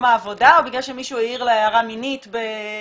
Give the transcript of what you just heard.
העבודה או בגלל שמישהו העיר לה הערה מינית איפשהו.